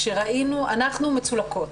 אנחנו מצולקות,